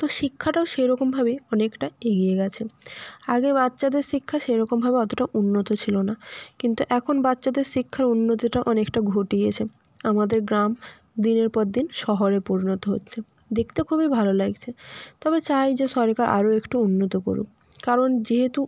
তো শিক্ষাটাও সেরকমভাবেই অনেকটা এগিয়ে গেছে আগে বাচ্চাদের শিক্ষা সেরকমভাবে অতটা উন্নত ছিলো না কিন্তু এখন বাচ্চাদের শিক্ষার উন্নতিটা অনেকটা ঘটিয়েছে আমাদের গ্রাম দিনের পর দিন শহরে পরিণত হচ্ছে দেখতে খুবই ভালো লাগছে তবে চাই যে সরকার আরো একটু উন্নত করুক কারণ যেহেতু